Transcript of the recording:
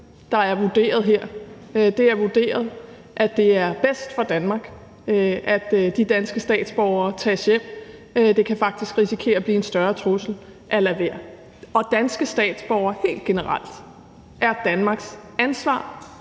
og at det er blevet vurderet, at det er bedst for Danmark, at de danske statsborgere tages hjem – det kan faktisk risikere at blive en større trussel at lade være. Og helt generelt er danske